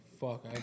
Fuck